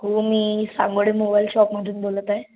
हो मी सांगोडे मोबाईल शॉपमधून बोलत आहे